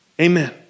Amen